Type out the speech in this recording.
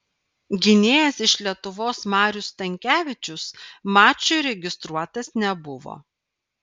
gynėjas iš lietuvos marius stankevičius mačui registruotas nebuvo